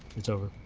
it's over.